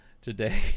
today